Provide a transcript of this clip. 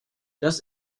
das